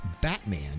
Batman